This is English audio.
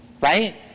right